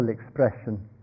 expression